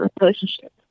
relationship